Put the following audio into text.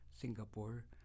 Singapore